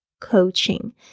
coaching